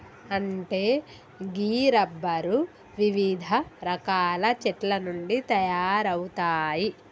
అంటే గీ రబ్బరు వివిధ రకాల చెట్ల నుండి తయారవుతాయి